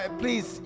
please